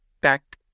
back